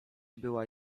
była